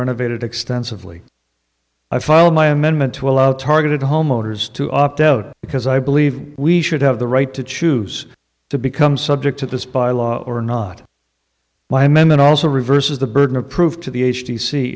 renovated extensively i follow my amendment to allow targeted homeowners to opt out because i believe we should have the right to choose to become subject to this by law or not my memon also reverses the burden of proof to the h d c